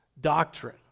doctrine